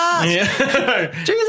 Jesus